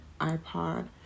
iPod